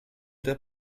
der